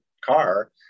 car